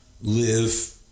live